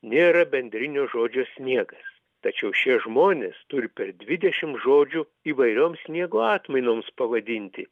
nėra bendrinio žodžio sniegas tačiau šie žmonės turi per dvidešim žodžių įvairioms sniego atmainoms pavadinti